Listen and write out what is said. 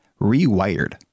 rewired